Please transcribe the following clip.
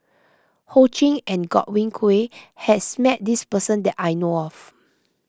Ho Ching and Godwin Koay has met this person that I know of